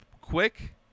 quick